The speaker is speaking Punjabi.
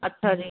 ਅੱਛਿਆ ਜੀ